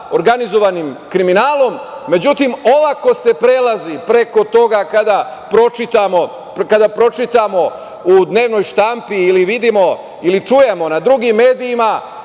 organizovanim kriminalom.Međutim, olako se prelazi preko toga kada pročitamo u dnevnoj štampi ili vidimo ili čujemo na drugim medijima